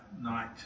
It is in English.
night